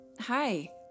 Hi